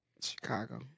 Chicago